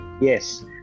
yes